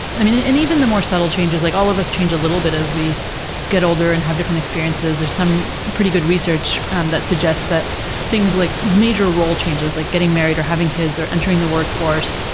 i mean, and even the more subtle changes, like all of us change a little bit as we get older and have different experiences, there's some pretty good research um that that suggests that things like major role changes, like getting married, or having kids, or entering the workforce,